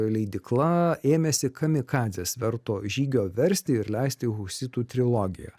leidykla ėmėsi kamikadzės verto žygio versti ir leisti husitų trilogiją